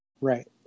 right